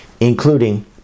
including